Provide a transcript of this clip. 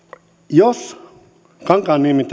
jos kankaanniemi